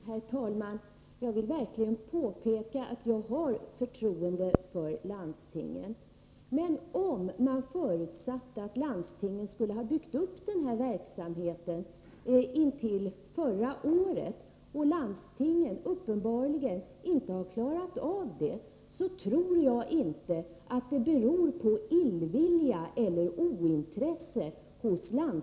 Herr talman! Jag vill verkligen påpeka att jag har förtroende för landstingen. Men om man har förutsatt att landstingen skulle ha byggt upp den här verksamheten under förra året och landstingen uppenbarligen inte har klarat det, så tror jag inte att det beror på illvilja eller ointresse från dem.